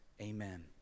Amen